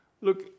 look